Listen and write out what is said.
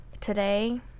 Today